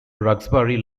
roxbury